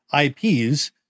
IPs